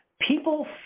People